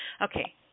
Okay